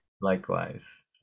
Likewise